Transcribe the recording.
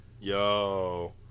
Yo